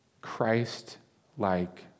Christ-like